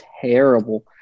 terrible